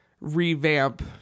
revamp